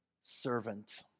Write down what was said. servant